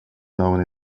known